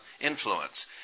influence